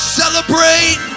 celebrate